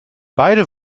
beide